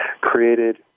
created